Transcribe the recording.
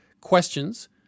questions